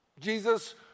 Jesus